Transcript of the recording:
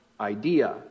idea